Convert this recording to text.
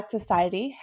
Society